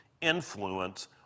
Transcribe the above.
influence